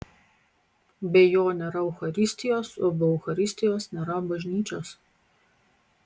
be jo nėra eucharistijos o be eucharistijos nėra bažnyčios